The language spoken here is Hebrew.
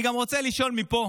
אני גם רוצה לשאול מפה